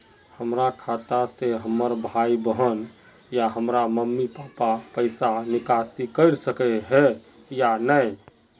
हमरा खाता से हमर भाई बहन या हमर मम्मी पापा पैसा निकासी कर सके है या नहीं?